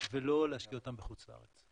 ולא להשקיע אותם בחוץ לארץ.